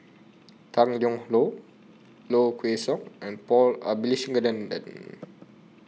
Tang Liang Hong Low Kway Song and Paul Abisheganaden